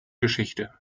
geschichte